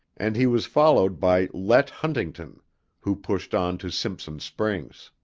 and he was followed by let huntington who pushed on to simpson's springs.